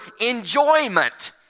enjoyment